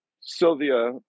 Sylvia